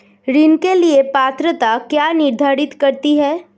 ऋण के लिए पात्रता क्या निर्धारित करती है?